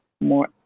more